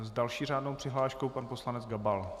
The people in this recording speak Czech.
S další řádnou přihláškou pan poslanec Gabal.